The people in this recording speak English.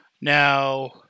Now